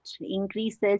increases